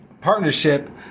partnership